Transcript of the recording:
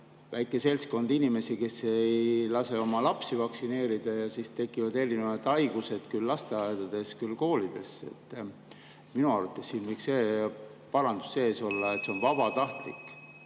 väike seltskond inimesi, kes ei lase oma lapsi vaktsineerida, ja siis tekivad erinevad haigused küll lasteaedades, küll koolides. Minu arvates siin võiks see parandus sees olla, et see on vabatahtlik.